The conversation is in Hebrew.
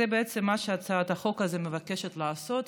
זה מה שהצעת החוק הזאת מבקשת לעשות,